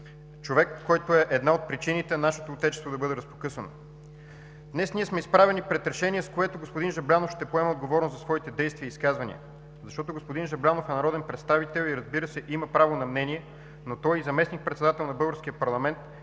човек, който е една от причините нашето Отечество да бъде разпокъсано. Днес ние сме изправени пред решение, с което господин Жаблянов ще поеме отговорност за своите действия и изказвания, защото господин Жаблянов е народен представител и, разбира се, има право на мнение. Но той е и заместник-председател на Народното